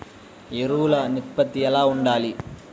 ఎరువులు నిష్పత్తి ఎలా ఉండాలి?